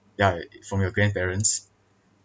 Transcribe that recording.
ya from your grandparents